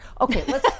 Okay